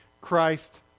Christ